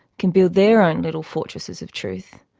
can build their own little fortresses of truth,